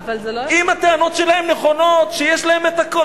אם הטענות שלהם נכונות שיש להם הכול,